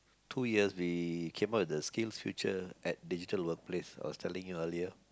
two years we came up with the SkillsFuture at digital workplace I was telling you earlier